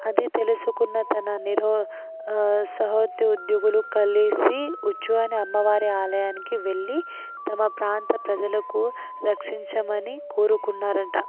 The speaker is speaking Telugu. అది తెలుసుకున్న తన నిరో సహద్యోగులు కలిసి ఉజ్జయిని అమ్మవారి ఆలయానికి వెళ్ళి తమ ప్రాంత ప్రజలకు రక్షించమని కోరుకున్నారంట